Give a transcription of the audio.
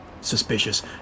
suspicious